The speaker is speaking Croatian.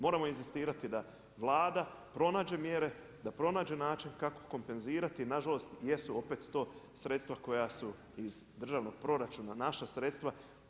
Moramo inzistirati da Vlada pronađe mjere, da pronađe način kako kompenzirati i nažalost jesu opet to sredstva koja su iz državnog proračuna, naša sredstva.